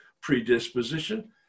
predisposition